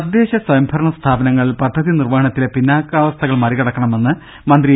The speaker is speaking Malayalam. തദ്ദേശ സ്വയം ഭരണസ്ഥാപനങ്ങൾ പദ്ധതി നിർവ്വഹണത്തിലെ പിന്നാക്കാവസ്ഥ കൾ മറികടക്കണമെന്ന് മന്ത്രി എ